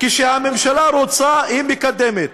כשהממשלה רוצה היא מקדמת.